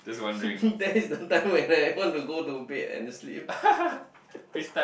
that's the time when I want to go to bed and sleep